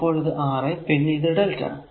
അപ്പോൾ ഇത് r a പിന്നെ ഇത് lrmΔ